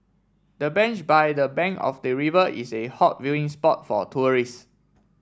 the bench by the bank of the river is a hot viewing spot for tourist